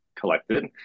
collected